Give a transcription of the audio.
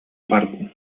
parku